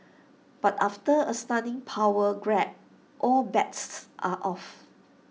but after A stunning power grab all bets are off